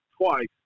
twice